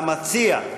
המציע,